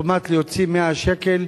כספומט להוציא 100 שקל.